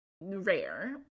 rare